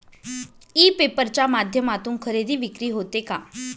E paper च्या माध्यमातून खरेदी विक्री होते का?